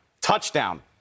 Touchdown